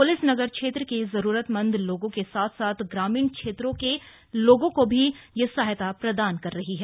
police नगर क्षेत्र के जरूरत मंद लोगों के साथ साथ ग्रामीण क्षेत्र के लोगों को भी यह सहायता प्रदान कर रही है